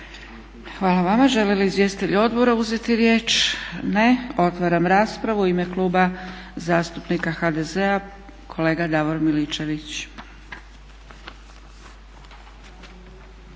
Hvala vama. Žele li izvjestitelji odbora uzeti riječ? Ne. Otvaram raspravu. U ime Kluba zastupnika HDZ-a kolega Davor Miličević.